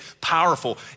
powerful